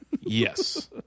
yes